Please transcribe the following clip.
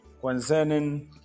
concerning